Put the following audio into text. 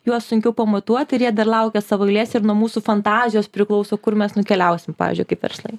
juos sunkiau pamatuot ir jie dar laukia savo eilės ir nuo mūsų fantazijos priklauso kur mes nukeliausim pavyzdžiui kaip verslai